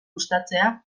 uztatzea